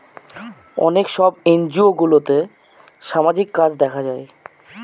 অনেক সব এনজিওগুলোতে সামাজিক কাজ দেখা হয়